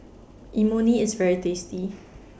Imoni IS very tasty